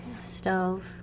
stove